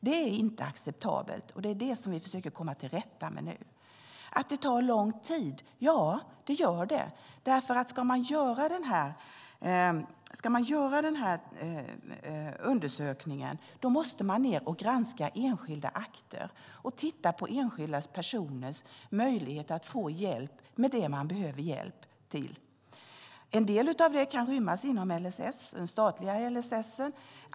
Det är inte acceptabelt, och det är det som vi försöker komma till rätta med nu. Ja, det tar lång tid. En sådan undersökning innebär att granska akter och titta på enskilda personers möjlighet att få hjälp med det man behöver hjälp med. En del av det kan rymmas inom den statliga uppgiften enligt LSS.